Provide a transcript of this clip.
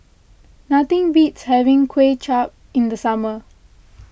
nothing beats having Kuay Chap in the summer